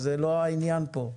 אז זה לא העניין פה.